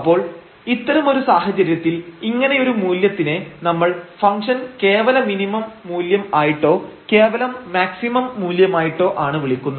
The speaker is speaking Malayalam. അപ്പോൾ ഇത്തരമൊരു സാഹചര്യത്തിൽ ഇങ്ങനെയൊരു മൂല്യത്തിനെ നമ്മൾ ഫംഗ്ഷൻ കേവല മിനിമം മൂല്യം ആയിട്ടോ കേവലം മാക്സിമം മൂല്യമായിട്ടോ ആണ് വിളിക്കുന്നത്